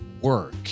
work